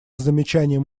замечанием